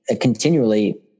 continually